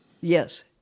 Yes